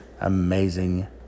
amazing